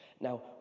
Now